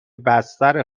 بستر